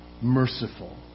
merciful